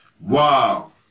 Wow